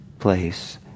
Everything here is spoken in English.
place